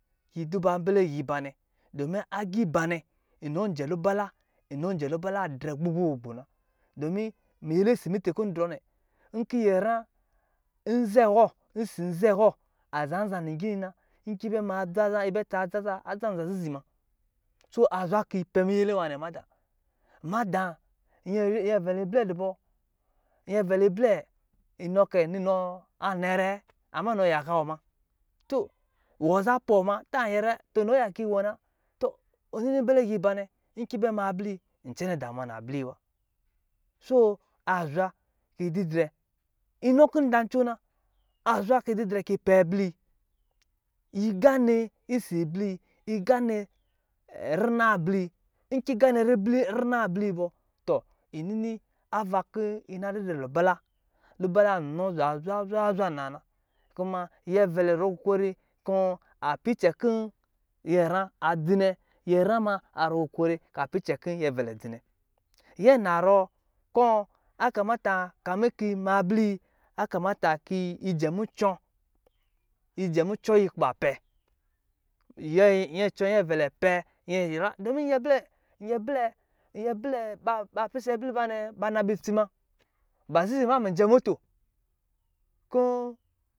Yi duba mbɛlɛ yibanɛ, dɔmin agiibanɛ inɔ jɛ lubala, inɔjɛ lubala drɛ gbogbo gbogbo na. Dɔmin miyɛlɛ simiti kɔ̄ n drɔ nɛ, nkii nyɛra nze wɔ ɔsɔ̄ nze wɔ a za nza nigini na, nki yi bɛ ma dza zaa, yi bɛ tsa adza zaa, adza zan zizi ma. Soo a zwa ki yi pɛ miyɛlɛ nwanɛ madāā. Madāā, nyɛ- nyɛvɛlɛ blɛ dɔ bɔ, nyɛvɛlɛ blɛ inɔ kɛ, ninɔ a nɛrɛ amma nɔ yaka wɔ ma, tɔ wɔ za pɔɔ ma tɔ nɔ yakii wɔ na, tɔ ɔ nini mbɛlɛ giibanɛ, nki yi bɛ ma abli yi, nyi cɛnɛ damuwa nna bli yi a. Soo, aa zwa kii didrɛ, inɔ kɔ̄ n da ncoo na, a zwa kii didrɛ ki yi pɛ bliiyi, yi gaanɛ iseɛ blii yi, yi gaanɛ rinna bli yi, nki yi gaane ribli, n rinaa bli yi bɔ, tɔ nyi nini ava kɔ̄ yi na didrɛ lubala, lubala nɔ daa zwa zwa zwa naa na, kuma nyɛvɛlɛ zɔrɔ kokori kɔ̄ a pɛ cɛ kɔ̄ nyɛra adzi nɛ, nyɛra ma a zɔrɔ kokori ka pɛ icɛ kɔ̄ nyɛvɛlɛ dzi nɛ. Nyɛ narɔ kɔ̄, a kamata kamir ki yi ma bliyi, a kamata ki yi jɛ mucɔ, yi jɛ mucɔ yi kɔ̄ ba pɛ nyɛvɛlɛ pɛ nyɛra, dɔmin nyɛ blɛ, nyɛ blɛ, nyɛ blɛ ba ba pise abli ba nɛ, ba naba itsi muna, ba zizi maa mijɛ moto kɔ̄